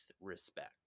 respect